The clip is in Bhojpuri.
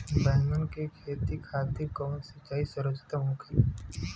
बैगन के खेती खातिर कवन सिचाई सर्वोतम होखेला?